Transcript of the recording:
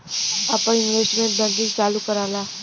आपन internet banking चालू कराला